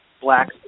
black